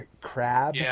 crab